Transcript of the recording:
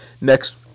Next